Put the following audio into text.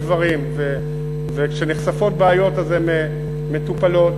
וכשנחשפות בעיות הן מטופלות.